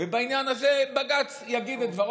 ובעניין הזה בג"ץ יגיד את דברו.